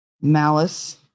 Malice